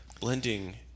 Blending